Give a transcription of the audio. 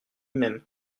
même